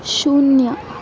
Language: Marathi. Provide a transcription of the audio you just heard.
शून्य